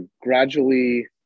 gradually